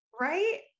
right